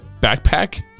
backpack